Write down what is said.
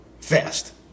fast